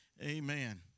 Amen